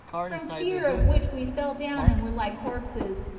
from fear of which we fell down and were like corpses,